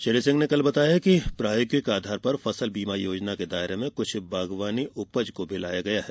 श्री सिंह ने कल बताया कि प्रायोगिक आधार पर फसल बीमा योजना के दायरे में कुछ बागवानी उपज को भी लाया गया है